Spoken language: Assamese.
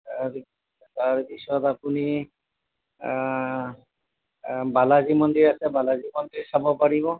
তাৰপিছত আপুনি বালাজী মন্দিৰ আছে বালাজী মন্দিৰ চাব পাৰিব